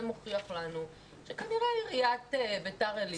זה מוכיח לנו שכנראה עיריית ביתר עילית,